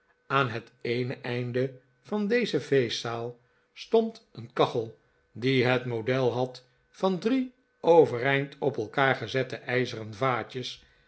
aan het einde van deze feestzaal stond een kachel die het model had van drie overeind op elkaar gezette ijzeren vaafjes